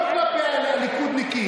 לא כלפי הליכודניקים,